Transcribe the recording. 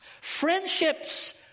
Friendships